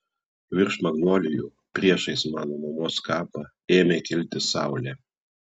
virš magnolijų priešais mano mamos kapą ėmė kilti saulė